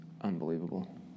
unbelievable